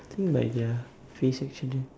think like their face action ah